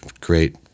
Great